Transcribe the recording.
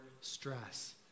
stress